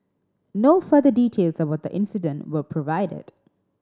no further details about the incident were provided